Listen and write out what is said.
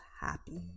happy